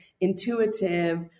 intuitive